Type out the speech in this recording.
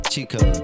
Chico